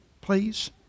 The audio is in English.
please